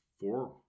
four